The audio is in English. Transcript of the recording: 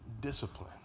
discipline